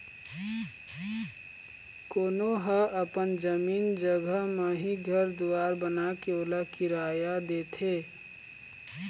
कोनो ह अपन जमीन जघा म ही घर दुवार बनाके ओला किराया देथे